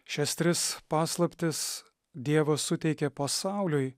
šias tris paslaptis dievas suteikė pasauliui